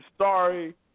sorry